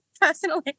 personally